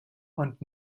und